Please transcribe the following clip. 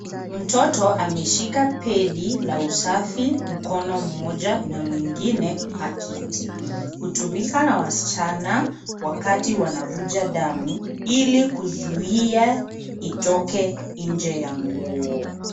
Mtoto ameshika pedi la usafi mkono mmoja na mwingine paketi. Hutumika na wasichana wakati wanavuja damu ili kuzuia itoke nje ya nguo.